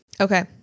Okay